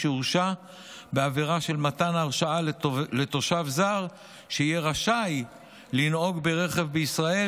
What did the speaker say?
שהורשע בעבירה של מתן הרשאה לתושב זר לנהוג ברכב בישראל,